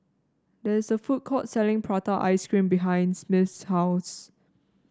there is a food court selling Prata Ice Cream behinds Smith's house